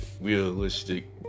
realistic